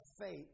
faith